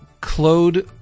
Claude